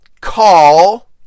call